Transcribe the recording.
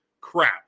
crap